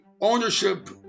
ownership